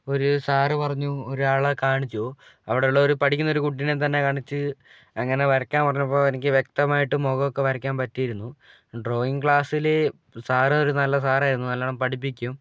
ഒരു സാറ് പറഞ്ഞു ഒരാളെ കാണിച്ചു അവിടെ ഉള്ളൊരു പഠിക്കുന്ന കുട്ടീനെ തന്നെ കാണിച്ച് അങ്ങനെ വരയ്ക്കാൻ പറഞ്ഞപ്പോൾ എനിക്ക് വ്യക്തമായിട്ടും മുഖമൊക്കെ വരയ്ക്കാൻ പറ്റിയിരുന്നു ഡ്രോയിങ്ങ് ക്ലാസ്സില് സാറ് ഒരു നല്ല സാറായിരുന്നു നല്ലോണം പഠിപ്പിക്കും